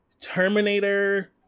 terminator